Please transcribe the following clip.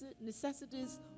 necessities